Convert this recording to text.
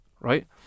right